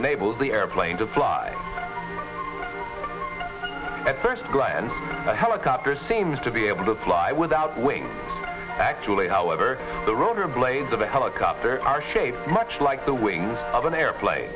enables the airplane to fly at first glance the helicopter seems to be able to fly without wings actually however the rotor blades of the helicopter are shaped much like the wings of an airplane